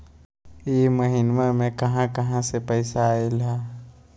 इह महिनमा मे कहा कहा से पैसा आईल ह?